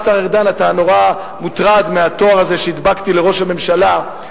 השר ארדן: אתה נורא מוטרד מהתואר הזה שהדבקתי לראש הממשלה,